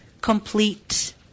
complete